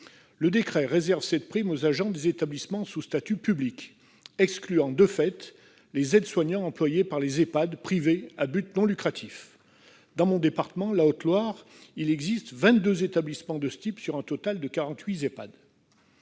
Le décret réserve cette prime aux agents des établissements sous statut public, excluant de fait les aides-soignants employés par les Ehpad privés à but non lucratif. Mon département, la Haute-Loire, compte 22 établissements de ce type, sur un total de 48 Ehpad.